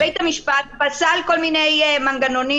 הרי שבית המשפט פסל כל מיני מנגנונים,